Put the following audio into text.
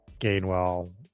Gainwell